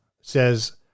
says